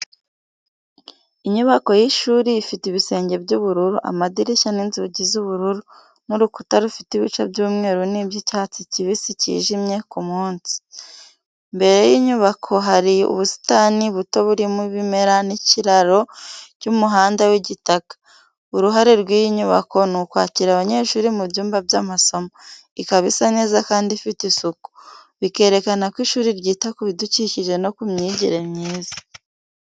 Inyubako y’ishuri ifite ibisenge by’ubururu, amadirishya n’inzugi z’ubururu, n’urukuta rufite ibice by’umweru n’iby’icyatsi kibisi cyijimye ku munsi. Mbere y’inyubako hari ubusitani buto burimo ibimera n’ikiraro cy’umuhanda w’igitaka. Uruhare rw’iyi nyubako ni ukwakira abanyeshuri mu byumba by’amasomo, ikaba isa neza kandi ifite isuku, bikerekana ko ishuri ryita ku bidukikije no ku myigire myiza.